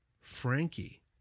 Frankie